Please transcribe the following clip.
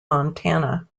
montana